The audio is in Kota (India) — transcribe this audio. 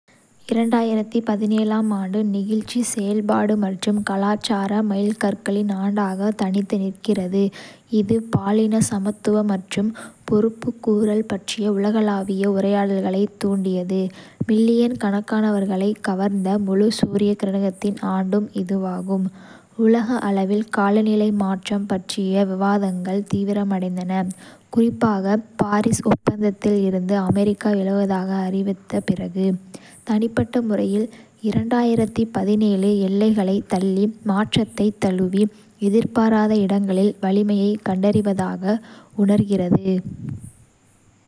ஆம் ஆண்டு நெகிழ்ச்சி, செயல்பாடு மற்றும் கலாச்சார மைல்கற்களின் ஆண்டாக தனித்து நிற்கிறது. இது பாலின சமத்துவம் மற்றும் பொறுப்புக்கூறல் பற்றிய உலகளாவிய உரையாடல்களைத் தூண்டியது. மில்லியன் கணக்கானவர்களைக் கவர்ந்த முழு சூரிய கிரகணத்தின் ஆண்டும் இதுவாகும். உலக அளவில், காலநிலை மாற்றம் பற்றிய விவாதங்கள் தீவிரமடைந்தன, குறிப்பாக பாரிஸ் ஒப்பந்தத்தில் இருந்து அமெரிக்கா விலகுவதாக அறிவித்த பிறகு. தனிப்பட்ட முறையில், எல்லைகளைத் தள்ளி, மாற்றத்தைத் தழுவி, எதிர்பாராத இடங்களில் வலிமையைக் கண்டறிவதாக உணர்கிறது.